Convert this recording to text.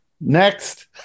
Next